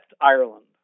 Ireland